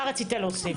מה רצית להוסיף?